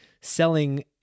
selling